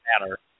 matter